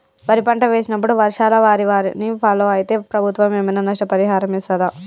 వరి పంట వేసినప్పుడు వర్షాల వల్ల వారిని ఫాలో అయితే ప్రభుత్వం ఏమైనా నష్టపరిహారం ఇస్తదా?